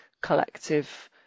collective